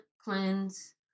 cleanse